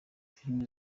filime